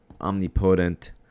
omnipotent